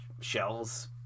shells